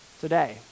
Today